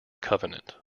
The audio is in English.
covenant